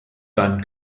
dann